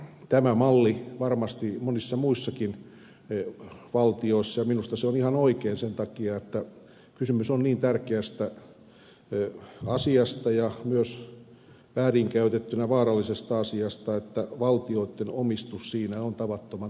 tämä malli on varmasti monissa muissakin valtioissa ja minusta se on ihan oikein sen takia koska kysymys on niin tärkeästä asiasta ja väärin käytettynä myös vaarallisesta asiasta joten valtioitten omistus siinä on tavattoman tärkeä asia